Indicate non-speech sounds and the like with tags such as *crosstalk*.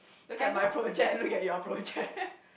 look at my project look at your project *laughs*